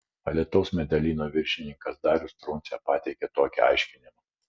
alytaus medelyno viršininkas darius truncė pateikė tokį aiškinimą